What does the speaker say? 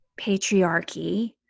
patriarchy